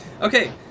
Okay